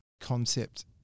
concept